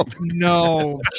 No